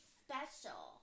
special